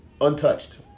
Untouched